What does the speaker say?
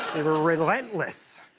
they were relentless!